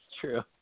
true